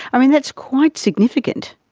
i mean, that's quite significant.